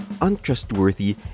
untrustworthy